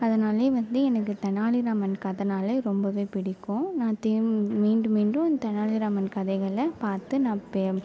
அதனாலே வந்து எனக்கு தெனாலிராமன் கதைனாலே ரொம்ப பிடிக்கும் நான் மீண்டும் மீண்டும் தெனாலிராமன் கதைகளை பார்த்து நான்